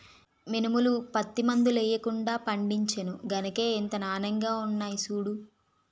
మినుములు, పత్తి మందులెయ్యకుండా పండించేను గనకే ఇంత నానెంగా ఉన్నాయ్ సూడూ